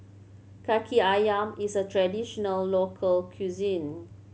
Kaki Ayam is a traditional local cuisine